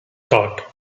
thought